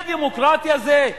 זה דמוקרטיה זה?